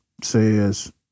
says